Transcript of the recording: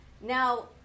Now